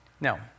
Now